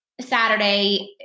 Saturday –